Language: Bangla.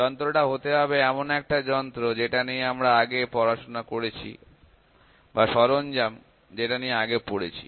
যন্ত্রটা হতে হবে এমন একটা যন্ত্র যেটা নিয়ে আমরা আগে পড়াশোনা করেছি বা সরঞ্জাম যেটা নিয়ে আগে পড়েছি